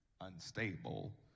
unstable